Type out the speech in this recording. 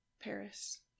Paris